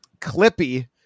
clippy